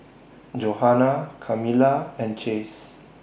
Johana Kamila and Chase